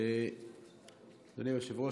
אדוני היושב-ראש,